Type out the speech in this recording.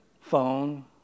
phone